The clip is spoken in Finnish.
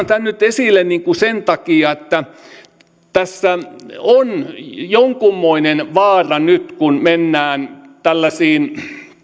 tämän nyt esille sen takia että tässä on jonkunmoinen vaara nyt kun mennään tällaisiin